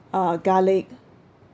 uh garlic